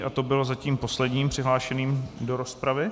A to byl zatím poslední přihlášený do rozpravy.